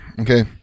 okay